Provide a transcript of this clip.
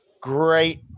great